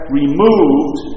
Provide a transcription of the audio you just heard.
removed